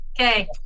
Okay